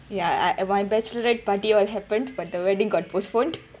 ya I and my bachelorette party what happened but the wedding got postponed